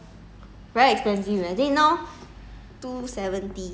McFlurry nice lah but expensive lor